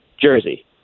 jersey